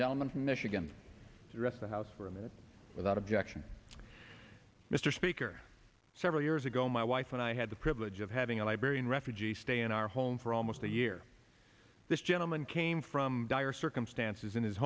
gentleman from michigan to rest the house for a minute without objection mr speaker several years ago my wife and i had the privilege of having a librarian refugee stay in our home for almost a year this gentleman came from dire circumstances in his